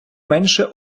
менше